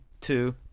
two